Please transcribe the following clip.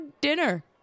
dinner